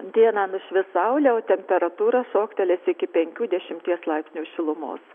dieną nušvis saulė o temperatūra šoktelės iki penkių dešimties laipsnių šilumos